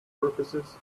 purposes